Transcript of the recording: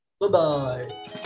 bye-bye